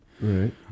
Right